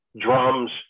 drums